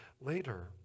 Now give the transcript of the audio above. later